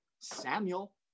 Samuel